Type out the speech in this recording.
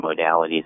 modalities